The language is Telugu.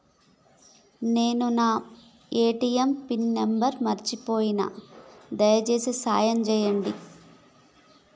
నేను నా ఏ.టీ.ఎం పిన్ను మర్చిపోయిన, దయచేసి సాయం చేయండి